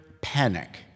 panic